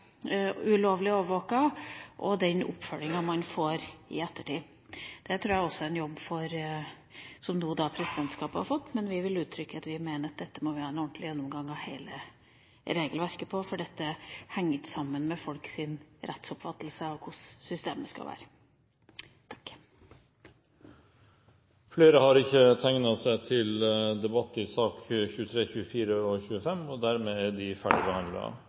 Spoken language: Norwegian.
ulovlig overvåket og den oppfølginga man får i ettertid. Dette er en jobb som presidentskapet nå har fått, men vi mener at vi her må ha en ordentlig gjennomgang av hele regelverket, for dette henger ikke sammen med folks rettsoppfattelse og deres oppfattelse av hvordan systemet skal være. Flere har ikke bedt om ordet til sakene nr. 23, 24 og 25. Dette er en halvårlig øvelse som Stortinget gjør – en viktig og arbeidskrevende øvelse – men som heldigvis ikke bidrar til de